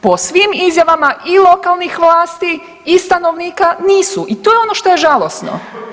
Po svim izjavama i lokalnih vlasti i stanovnika nisu i to je ono što je žalosno.